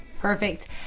Perfect